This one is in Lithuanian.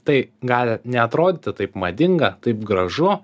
tai gali neatrodyti taip madinga taip gražu